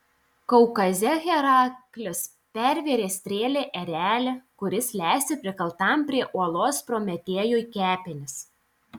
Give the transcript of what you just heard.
kaukaze heraklis pervėrė strėle erelį kuris lesė prikaltam prie uolos prometėjui kepenis